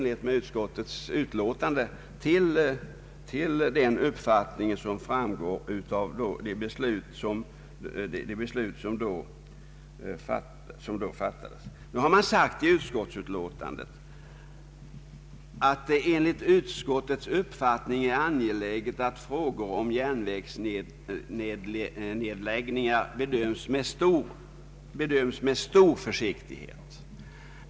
I utskottsutlåtandet har man förklarat att det enligt utskottets uppfattning är angeläget att frågor om järnvägsnedläggningar bedöms med stor försiktighet.